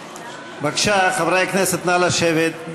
בבקשה, חברי הכנסת, נא לשבת.